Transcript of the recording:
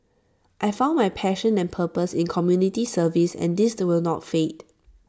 I found my passion and purpose in community service and this will not fade